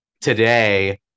today